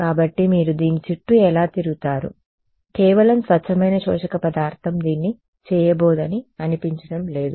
కాబట్టి మీరు దీని చుట్టూ ఎలా తిరుగుతారు కేవలం స్వచ్ఛమైన శోషక పదార్థం దీన్ని చేయబోదని అనిపించడం లేదు